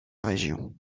région